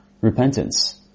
repentance